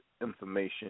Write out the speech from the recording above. information